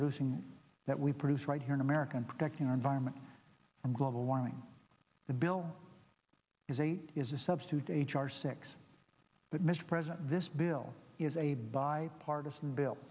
producing that we produce right here in america and protecting our environment from global warming the bill is a is a substitute h r six but mr president this bill is a bipartisan bill